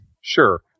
sure